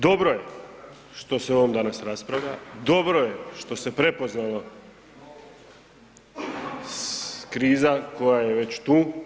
Dobro je što se o ovom danas raspravlja, dobro je što se prepoznala kriza koja je već tu.